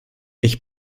ich